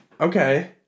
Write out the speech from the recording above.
Okay